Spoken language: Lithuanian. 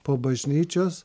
po bažnyčios